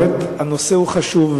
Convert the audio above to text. באמת הנושא הוא חשוב,